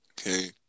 Okay